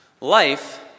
Life